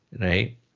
right